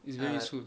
it's very useful